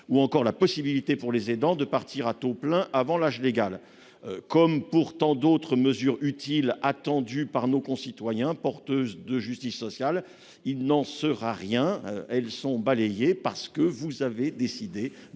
ou la possibilité pour les aidants de partir à taux plein avant l'âge légal. Comme pour tant d'autres mesures utiles, attendues par nos concitoyens, porteuses de justice sociale, il n'en sera rien : elles sont balayées parce que vous avez décidé de